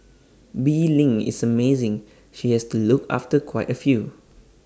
bee Ling is amazing she has to look after quite A few